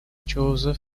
joseph